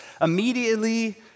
immediately